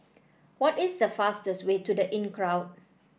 what is the fastest way to The Inncrowd